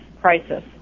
crisis